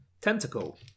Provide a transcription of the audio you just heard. Tentacle